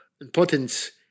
importance